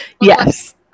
Yes